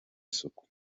isuku